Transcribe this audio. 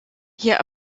hier